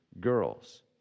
girls